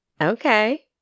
Okay